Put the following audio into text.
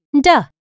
Duh